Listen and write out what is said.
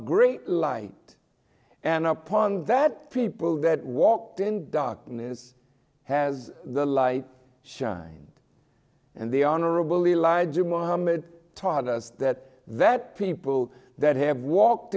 great light and upon that people that walked in darkness has the light shined and the honorable elijah muhammad taught us that that people that have walked